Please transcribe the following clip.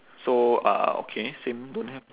so uh okay same don't have